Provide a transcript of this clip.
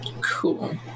Cool